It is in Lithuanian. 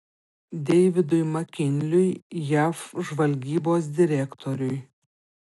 deividui makinliui jav žvalgybos direktoriui